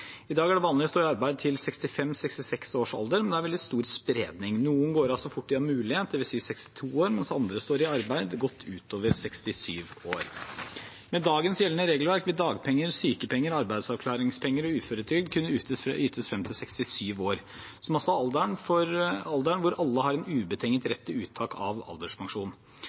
I dag er det vanlig å stå i arbeid til 65–66-årsalderen, men det er veldig stor spredning. Noen går av så fort de har mulighet, dvs. ved 62 år, mens andre står i arbeid godt utover 67-årsalderen. Med dagens gjeldende regelverk vil dagpenger, sykepenger, arbeidsavklaringspenger og uføretrygd kunne ytes frem til 67 år, som også er alderen da alle har en ubetinget rett til uttak av alderspensjon.